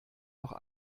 noch